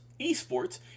eSports